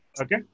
Okay